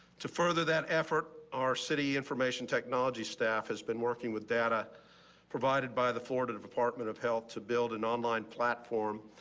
to further that effort our city information technology staff has been working with data provided by the florida department of health to build an online platform.